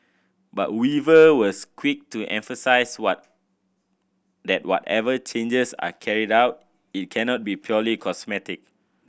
but Weaver was quick to emphasise what that whatever changes are carried out it cannot be purely cosmetic